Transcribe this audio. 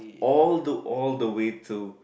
all the all the way to